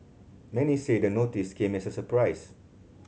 many say the notice came as a surprise